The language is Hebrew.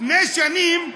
לפני שנים,